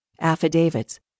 Affidavits